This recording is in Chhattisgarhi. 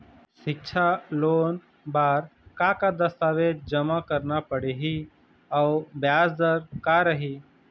सिक्छा लोन बार का का दस्तावेज जमा करना पढ़ही अउ ब्याज दर का रही?